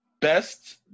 best